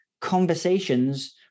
conversations